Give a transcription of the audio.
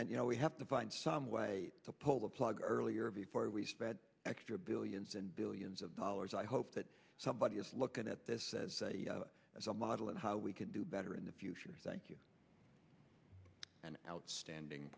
and you know we have to find some way to pull the plug earlier before we spread extra billions and billions of dollars i hope that somebody is looking at this is a model of how we can do better in the future thank you an outstanding